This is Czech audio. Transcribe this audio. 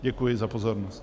Děkuji za pozornost.